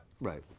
Right